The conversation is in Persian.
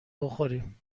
بخوریم